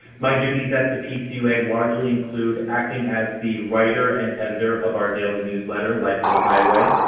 my duties at the pcua largely include acting as the writer and editor of our daily newsletter, life is a highway,